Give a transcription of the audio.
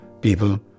people